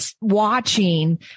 watching